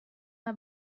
una